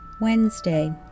Wednesday